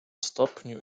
stopniu